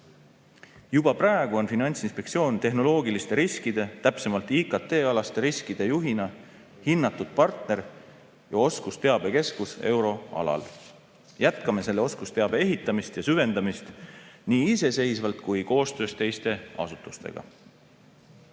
Juba praegu on Finantsinspektsioon tehnoloogiliste riskide, täpsemalt IKT-alaste riskide juhina hinnatud partner ja oskusteabekeskus euroalal. Jätkame selle oskusteabe ehitamist ja süvendamist nii iseseisvalt kui ka koostöös teiste asutustega.